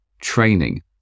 training